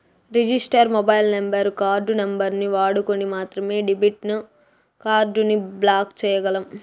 register mobile number, card నంబరుని వాడుకొని మాత్రమే డెబిట్ కార్డుని బ్లాక్ చేయ్యగలం